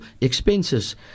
expenses